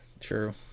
True